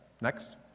Next